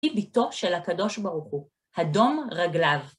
היא ביתו של הקדוש ברוך הוא, הדום רגליו.